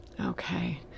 Okay